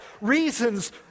reasons